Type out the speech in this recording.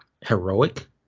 heroic